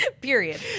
Period